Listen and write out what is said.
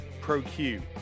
Pro-Q